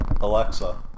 Alexa